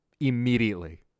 Immediately